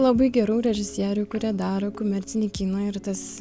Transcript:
labai gerų režisierių kurie daro komercinį kiną ir tas